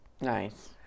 Nice